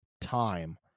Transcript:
time